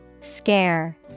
Scare